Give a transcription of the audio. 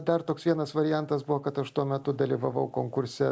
dar toks vienas variantas buvo kad aš tuo metu dalyvavau konkurse